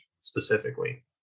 specifically